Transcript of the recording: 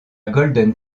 golden